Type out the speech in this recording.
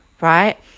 right